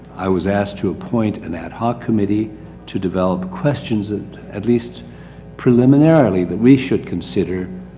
i was asked to appoint and ad hoc committee to develop questions at at least preliminarily that we should consider